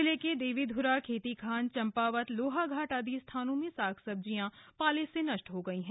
जिल के देवीध्रा खेतीखान चम्पावत लोहाघाट आदि स्थानों में साग सब्जियां पाले से नष्ट हो गयी हैं